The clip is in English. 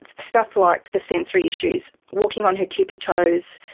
ah stuff like the sensory issues, walking on her tippy-toes,